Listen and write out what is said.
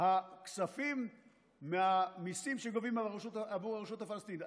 הכספים מהמיסים שגובים עבור הרשות הפלסטינית.